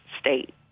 state